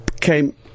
came